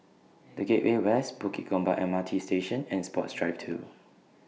The Gateway West Bukit Gombak M R T Station and Sports Drive two